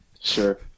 Sure